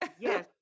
Yes